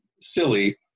silly